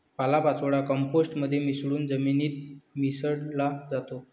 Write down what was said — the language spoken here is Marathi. पालापाचोळा कंपोस्ट मध्ये मिसळून जमिनीत मिसळला जातो